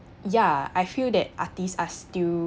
ya I feel that artists are still